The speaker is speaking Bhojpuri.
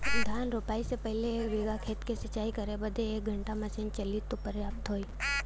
धान रोपाई से पहिले एक बिघा खेत के सिंचाई करे बदे क घंटा मशीन चली तू पर्याप्त होई?